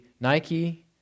Nike